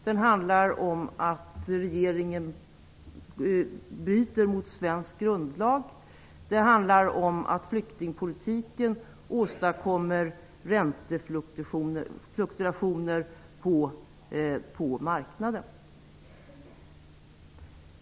Den handlar om att regeringen bryter mot svensk grundlag. Den åstadkommer räntefluktuationer på marknaden.